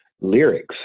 lyrics